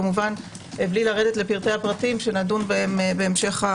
כמובן בלי לדון בפרטי הפרטים שנדון בהם בהמשך.